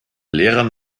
lehrern